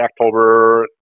October